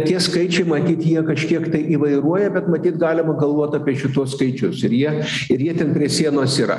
tie skaičiai matyt jie kažkiek tai įvairuoja bet matyt galima galvot apie šituos skaičius ir jie ir jie ten prie sienos yra